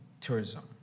tourism